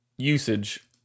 Usage